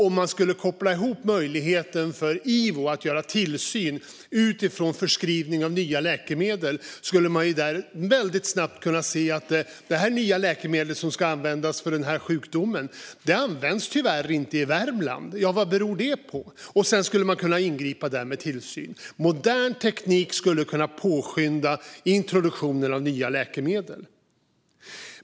Om vi kopplar ihop möjligheten för Ivo att göra tillsyn utifrån förskrivning av nya läkemedel kan man där snabbt se att det nya läkemedlet för en viss sjukdom inte används i Värmland. Vad beror det på? Sedan kan man ingripa med tillsyn. Modern teknik skulle kunna påskynda introduktionen av nya läkemedel.